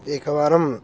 एकवारम्